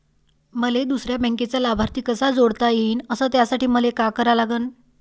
मले दुसऱ्या बँकेचा लाभार्थी कसा जोडता येईन, अस त्यासाठी मले का करा लागन?